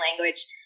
language